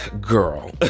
girl